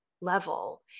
level